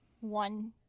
one